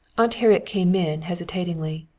aunt harriet came in hesitatingly.